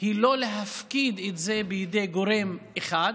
היא לא להפקיד את זה בידי גורם אחד.